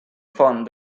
font